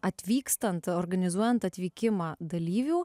atvykstant organizuojant atvykimą dalyvių